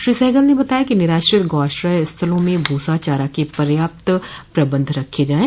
श्री सहगल ने बताया कि निराश्रित गौआश्रय स्थलों में भूसा चारा के पर्याप्त प्रबंध रखे जाये